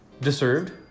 Deserved